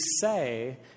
say